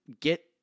get